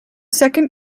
second